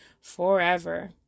forever